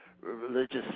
religious